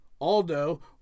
Aldo